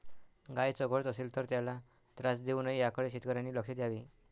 गाय चघळत असेल तर त्याला त्रास देऊ नये याकडे शेतकऱ्यांनी लक्ष द्यावे